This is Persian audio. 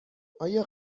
آیا